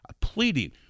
pleading